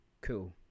cool